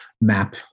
map